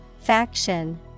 Faction